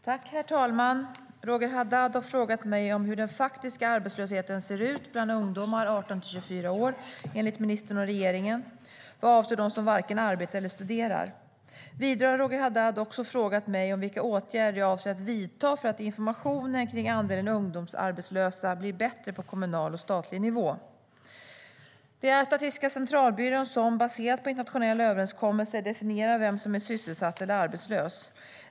Herr talman! Roger Haddad har frågat mig hur den faktiska arbetslösheten ser ut bland ungdomar 18-24 år, enligt ministern och regeringen, vad avser de som varken arbetar eller studerar. Vidare har Roger Haddad också frågat mig om vilka åtgärder jag avser att vidta för att informationen kring andelen ungdomsarbetslösa blir bättre på kommunal och statlig nivå. Det är Statistiska centralbyrån som, baserat på internationella överenskommelser, definierar vem som är sysselsatt eller arbetslös.